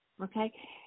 Okay